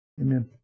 Amen